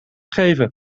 geven